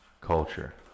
Culture